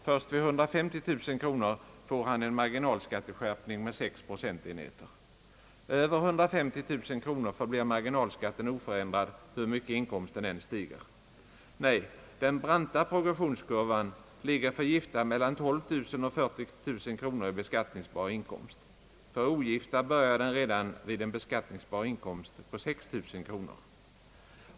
Först vid 150 000 kronor får han en marginalskatteskärpning med 6 procentenheter. Över 150 000 kronor förblir marginalskatten oförändrad, hur mycket inkomsten än stiger. Nej, den branta progressionskurvan ligger för gifta mellan 12 000 och 40 000 kronor i beskattningsbar inkomst. För ogifta börjar den redan vid en beskattningsbar inkomst av 6000 kronor.